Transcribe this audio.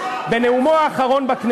האם יש חופש תנועה, בנאומו האחרון בכנסת.